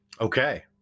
Okay